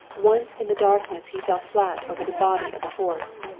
once in the darkness he fell flat over the body of a horse.